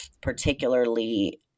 particularly